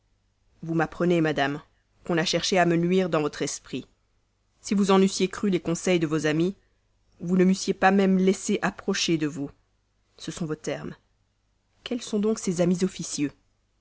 vous m'apprenez madame qu'on a cherché à me nuire dans votre esprit si vous en eussiez cru les conseils de vos amis vous ne m'eussiez pas laissé même approcher de vous ce sont vos termes quels sont donc ces amis officieux